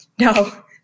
No